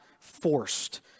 forced